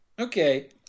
Okay